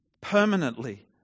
permanently